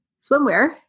swimwear